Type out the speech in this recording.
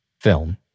film